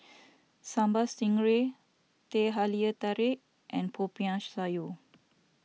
Sambal Stingray Teh Halia Tarik and Popiah Sayur